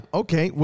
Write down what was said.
okay